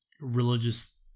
religious